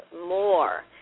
more